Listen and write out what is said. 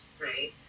Right